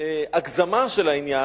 הגזמה של העניין,